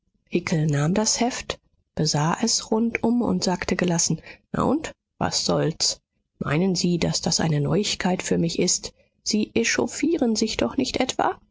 nahm das heft besah es rundum und sagte gelassen na und was soll's meinen sie daß das eine neuigkeit für mich ist sie echauffieren sich doch nicht etwa